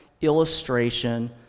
illustration